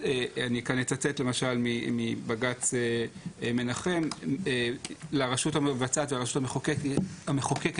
אני כאן אצטט למשל מבג"ץ מנחם: "לרשות המבצעת והרשות המחוקקת